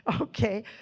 Okay